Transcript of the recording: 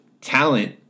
talent